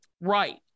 Right